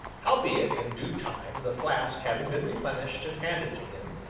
howbeit, in due time, the flask having been replenished and handed to him,